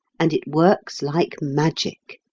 and it works like magic.